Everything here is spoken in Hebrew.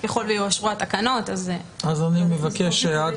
ככל שיאושרו התקנות --- אני מבקש שעד